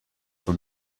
from